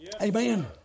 Amen